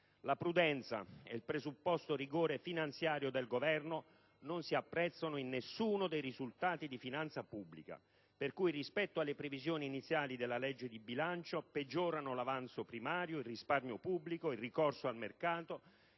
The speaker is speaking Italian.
la prudenza e il presupposto rigore finanziario del Governo non si apprezzano in nessuno dei risultati di finanza pubblica, per cui, rispetto alle previsioni iniziali della legge di bilancio, peggiorano l'avanzo primario, il risparmio pubblico ed il ricorso al mercato